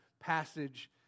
passage